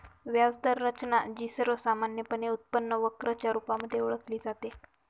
व्याज दर रचना, जी सर्वसामान्यपणे उत्पन्न वक्र च्या रुपामध्ये ओळखली जाते